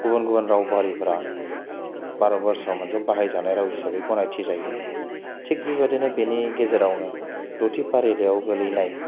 गुबुन गुबुन राव हारिफोरा भारतबर्षआव मोनसे बाहायजानाय राव हिसाबै गनायथिजायो थिग बेबायदिनो बेनि गेजेरावनो द'थि फारिलाइयाव गोलैनाय